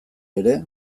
ere